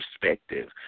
perspective